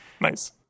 Nice